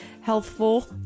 healthful